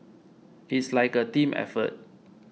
it's like a team effort